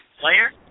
player